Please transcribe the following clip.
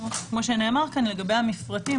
כפי שנאמר כאן לגבי המפרטים,